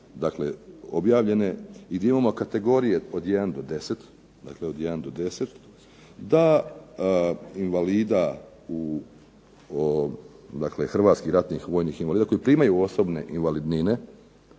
ovdje objavljene i da imamo kategorije od 1 do 10 invalida dakle Hrvatskih ratnih vojnih invalida koji primaju osobne invalidnine,